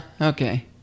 okay